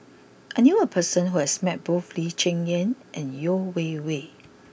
I knew a person who has met both Lee Cheng Yan and Yeo Wei Wei